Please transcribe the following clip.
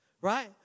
Right